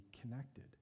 connected